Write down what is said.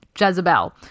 Jezebel